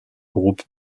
groupe